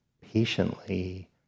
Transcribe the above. patiently